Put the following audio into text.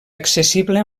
accessible